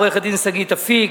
עורכת-הדין שגית אפיק,